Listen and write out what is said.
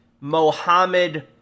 Mohammed